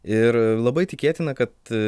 ir labai tikėtina kad